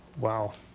wow.